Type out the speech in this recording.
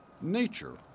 nature